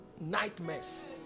nightmares